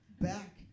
back